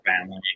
family